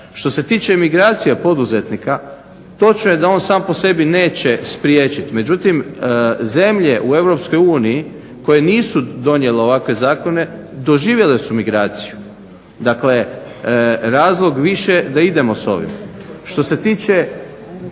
Što se tiče imigracije poduzetnika to on sam po sebi neće spriječiti, međutim zemlje u EU koje nisu donijele ovakve zakone doživjele su migraciju. Dakle, razlog više da idemo s ovim. Što se tiče